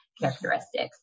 characteristics